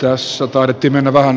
jos sotaa nyt pimenevään